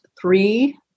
three